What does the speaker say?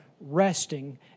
resting